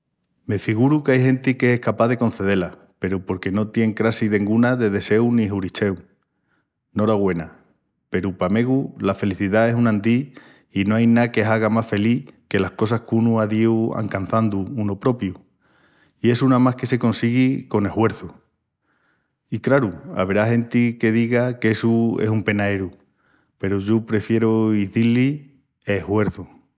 Me figuru qu'ai genti qu'es escapás de concedé-la peru porque no tien crassi denguna de deseu ni huricheu. Noragüena, peru pa megu la felicidá es un andil i no ai ná que haga más felís que las cosas qu'unu á diu ancançandu unu propiu i essu namás que se consigui con eshuerçu. I, craru, averá genti que diga qu'essu es un penaeru peru yo prefieru d'izí-li eshuerçu.